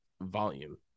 volume